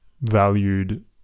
valued